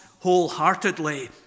wholeheartedly